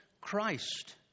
Christ